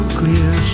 clear